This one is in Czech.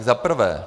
Zaprvé.